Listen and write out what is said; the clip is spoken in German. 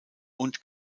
und